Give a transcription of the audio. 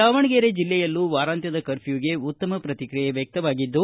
ದಾವಣಗೆರೆ ಜಿಲ್ಲೆಯಲ್ಲಿ ವಾರಂತ್ಯದ ಕರ್ಮ್ಯಗೆ ಉತ್ತಮ ಪ್ರತಿಕ್ರಿಯೆ ವ್ಯಕ್ತವಾಗಿದ್ದು